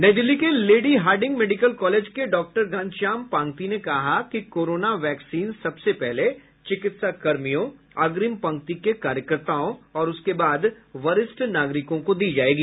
नई दिल्ली के lady Hardinge medical college के डॉक्टर घनश्याम पांगती ने कहा कि कोरोना वैक्सीन सबसे पहले चिकित्साकर्मियों अग्रिम पंक्ति के कार्यकर्ताओं और उसके बाद वरिष्ठ नागरिकों को दी जाएगी